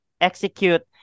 execute